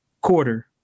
quarter